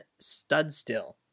Studstill